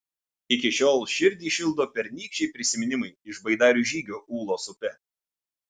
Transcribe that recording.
iki šiol širdį šildo pernykščiai prisiminimai iš baidarių žygio ūlos upe